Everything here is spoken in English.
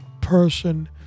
person